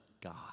God